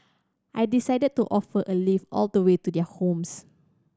I decided to offer a lift all the way to their homes